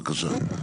בבקשה.